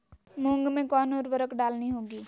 मूंग में कौन उर्वरक डालनी होगी?